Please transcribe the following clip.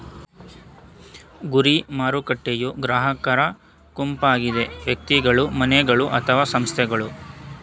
ಗುರಿ ಮಾರುಕಟ್ಟೆಯೂ ಗ್ರಾಹಕರ ಗುಂಪಾಗಿದೆ ವ್ಯಕ್ತಿಗಳು, ಮನೆಗಳು ಅಥವಾ ಸಂಸ್ಥೆಗಳು